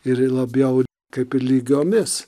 ir labiau kaip ir lygiomis